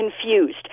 confused